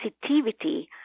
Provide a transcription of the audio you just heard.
sensitivity